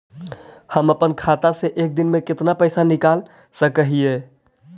हम अपन खाता से एक दिन में कितना पैसा निकाल सक हिय?